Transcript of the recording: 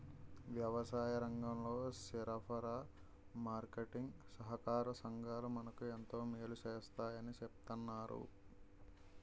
వ్యవసాయరంగంలో సరఫరా, మార్కెటీంగ్ సహాకార సంఘాలు మనకు ఎంతో మేలు సేస్తాయని చెప్తన్నారు